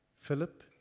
Philip